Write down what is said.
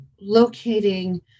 locating